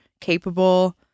capable